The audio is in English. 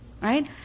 right